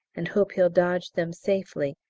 and hope he'll dodge them safely,